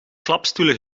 klapstoelen